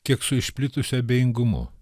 kiek su išplitusiu abejingumu